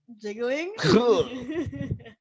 Jiggling